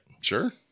Sure